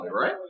right